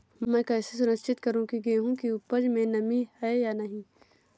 मैं कैसे सुनिश्चित करूँ की गेहूँ की उपज में नमी है या नहीं?